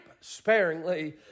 sparingly